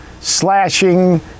slashing